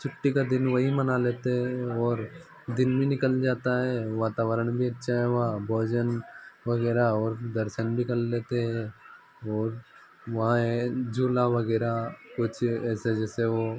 छुट्टी का दिन वहीं मना लेते हैं और दिन भी निकल जाता है वातावरण भी अच्छा है वहाँ भोजन वगैरह और दर्शन भी कर लेते है और वहाँ है झूला वगैरह कुछ ऐसे जैसे वो